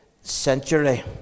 century